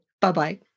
Bye-bye